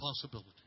possibility